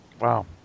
Wow